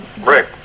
Rick